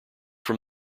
from